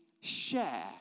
share